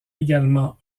également